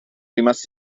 rimasti